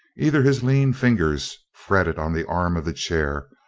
either his lean fingers fretted on the arm of the chair,